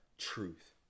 truth